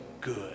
good